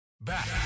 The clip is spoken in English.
Back